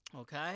okay